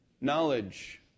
Knowledge